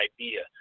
idea